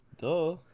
Duh